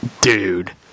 Dude